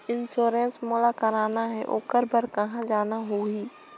Insurance मोला कराना हे ओकर बार कहा जाना होही?